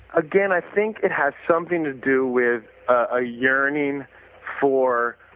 again, i think it has something to do with a yearning for